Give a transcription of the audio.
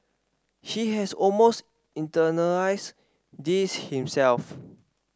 he has almost internalised this himself